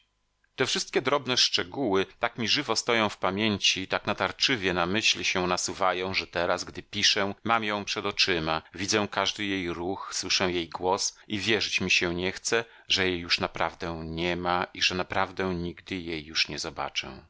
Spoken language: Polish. te wszystkie drobne szczegóły tak mi żywo stoją w pamięci tak natarczywie na myśl się nasuwają że teraz gdy piszę mam ją przed oczyma widzę każdy jej ruch słyszę jej głos i wierzyć mi się nie chce że jej już naprawdę niema i że naprawdę nigdy jej już nie zobaczę